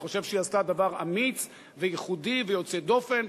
אני חושב שהיא עשתה דבר אמיץ וייחודי ויוצא דופן.